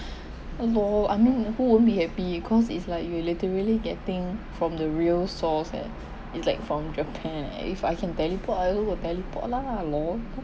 LOL I mean who won't be happy cause it's like you literally getting from the real source eh it's like from japan and if I can teleport I also will teleport lah LOL